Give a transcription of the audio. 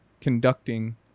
conducting